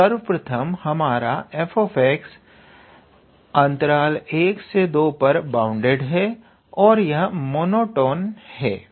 तो सर्वप्रथम हमारा f 13 पर बाउंडेड है और यह मोनोटोन है